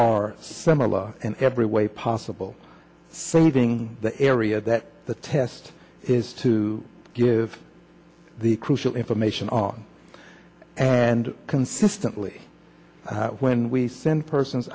are similar and every way possible from reading the area that the test is to give the crucial information and consistently when we send persons